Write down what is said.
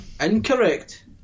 Incorrect